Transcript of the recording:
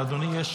לאדוני יש